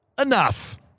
Enough